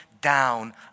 down